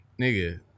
Nigga